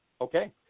Okay